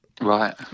right